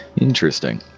Interesting